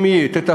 אם היא תטפל,